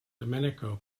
domenico